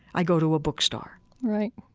i go to a bookstore right.